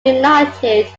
united